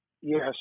Yes